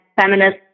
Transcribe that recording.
feminist